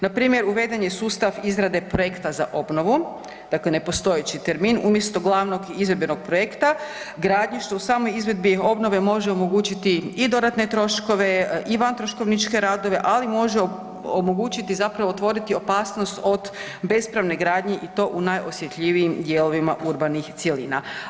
Npr. uveden je sustav izrade projekta za obnovom, dakle nepostojeći termin umjesto glavnom izvedbenog projekta, gradnji što u samo izvedbi obnove može omogućiti i dodatne troškove i vantroškovničke radove ali može omogućiti zapravo otvoriti opasnost od bespravne gradnje i to u najosjetljivijim dijelovima urbanih cjelina.